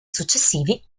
successivi